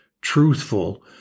truthful